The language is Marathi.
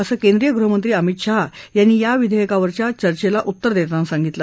असं गृहमंत्री अमित शहा यांनी या विधेयकावरच्या चर्चेला उत्तर देताना सांगितलं